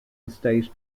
estate